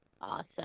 Awesome